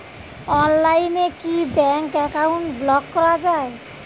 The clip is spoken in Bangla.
অনলাইনে কি ব্যাঙ্ক অ্যাকাউন্ট ব্লক করা য়ায়?